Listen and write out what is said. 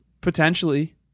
Potentially